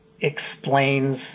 explains